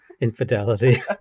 infidelity